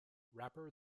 rapper